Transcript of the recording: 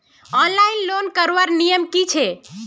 Online loan करवार नियम की छे?